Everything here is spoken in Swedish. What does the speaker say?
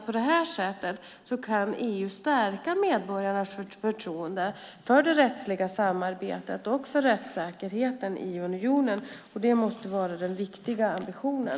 På detta sätt kan EU stärka medborgarnas förtroende för det rättsliga samarbetet och för rättssäkerheten i unionen. Det måste vara den viktiga ambitionen.